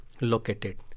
located